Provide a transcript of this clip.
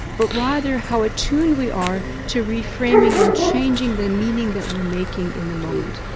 but rather how attuned we are to reframing and changing the meaning that we're making in the moment.